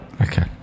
okay